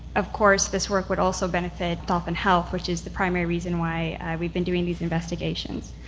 of course this work would also benefit dolphin health, which is the primary reason why we've been doing these investigations.